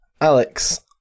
Alex